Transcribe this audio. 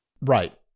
Right